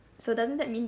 so doesn't that mean